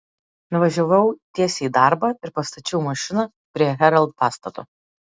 nuvažiavau tiesiai į darbą ir pastačiau mašiną prie herald pastato